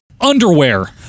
underwear